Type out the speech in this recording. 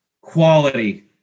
quality